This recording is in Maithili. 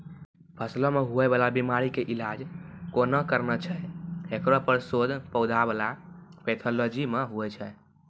फसलो मे हुवै वाला बीमारी के इलाज कोना करना छै हेकरो पर शोध पौधा बला पैथोलॉजी मे हुवे छै